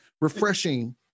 refreshing –